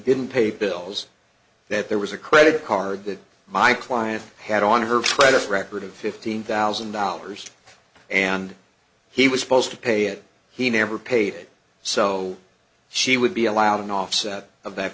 didn't pay bills that there was a credit card that my client had on her predecessor record of fifteen thousand dollars and he was supposed to pay it he never paid so she would be allowed an offset of that